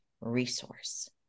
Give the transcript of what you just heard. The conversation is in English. resource